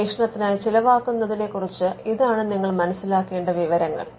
ഗവേഷണത്തിനായി ചിലവാക്കുന്നതിനെ കുറിച്ച് ഇതാണ് നിങ്ങൾ മനസിലാക്കേണ്ട വിവരങ്ങൾ